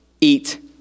eat